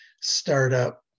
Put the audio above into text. startup